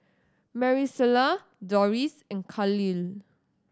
Maricela Dorris and Kahlil